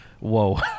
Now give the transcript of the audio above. whoa